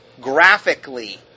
Graphically